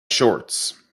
shorts